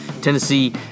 Tennessee